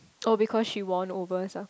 oh because she won over herself